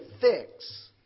fix